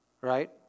right